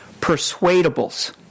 persuadables